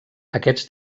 aquests